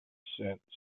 since